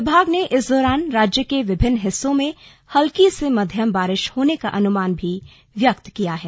विभाग ने इस दौरान राज्य के विभिन्न हिस्सों में हल्की से मध्यम बारिश होने का अनुमान भी व्यक्त किया है